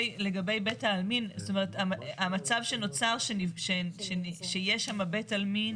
לגבי בית העלמין, המצב שנוצר שיש שם בית עלמין,